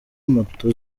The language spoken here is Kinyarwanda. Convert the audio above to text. moto